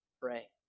Pray